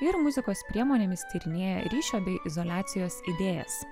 ir muzikos priemonėmis tyrinėja ryšio bei izoliacijos idėjas